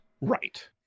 Right